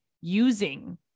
using